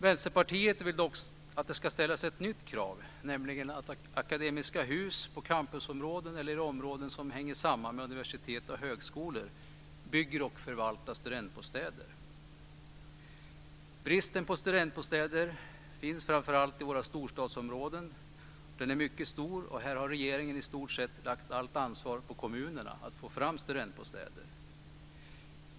Vänsterpartiet vill dock att det ska ställas ett nytt krav, nämligen att Akademiska Hus på campus eller i områden som hänger samman med universitet och högskolor bygger och förvaltar studentbostäder. Bristen på studentbostäder finns framför allt i våra storstadsområden. Den är mycket stor. Här har regeringen i stort sett lagt allt ansvar på kommunerna för att få fram studentbostäder.